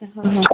হয়